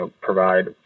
provide